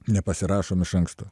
nepasirašom iš anksto